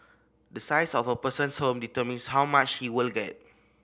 the size of a person's home determines how much he will get